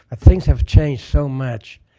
ah things have changed so much.